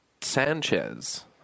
Sanchez